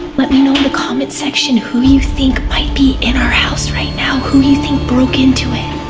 let me know in the comment section who you think might be in our house right now, who you think broke into it.